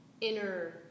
inner